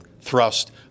thrust